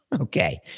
Okay